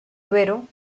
duero